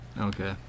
Okay